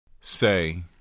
Say